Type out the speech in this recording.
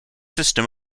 system